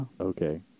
Okay